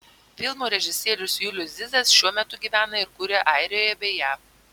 filmo režisierius julius zizas šiuo metu gyvena ir kuria airijoje bei jav